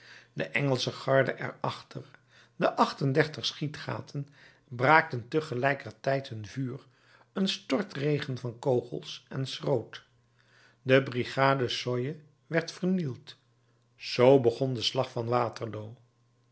de engelsche garde er achter de acht-en-dertig schietgaten braakten te gelijker tijd hun vuur een stortregen van kogels en schroot de brigade soye werd er vernield z begon de slag van waterloo